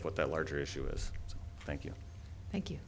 of what that larger issue is thank you thank you